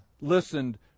listened